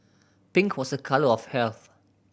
pink was a colour of health